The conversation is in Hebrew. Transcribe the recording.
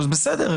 אז בסדר,